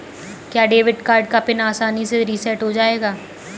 क्या debit card का PIN आसानी से रीसेट हो जाएगा?